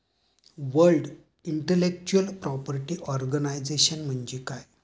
World intellectual property organisation म्हणजे काय?